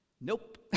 Nope